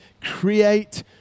Create